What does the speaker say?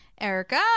erica